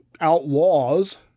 outlaws